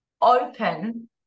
open